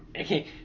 okay